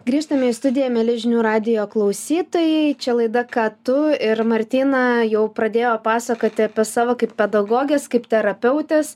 grįžtame į studiją mieli žinių radijo klausytojai čia laida ką tu ir martyna jau pradėjo pasakoti apie savo kaip pedagogės kaip terapeutės